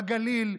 בגליל,